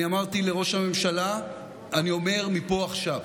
אני אמרתי לראש הממשלה ואני אומר מפה עכשיו: